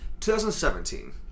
2017